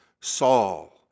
Saul